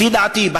לפי דעתי,